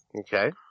Okay